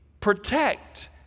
protect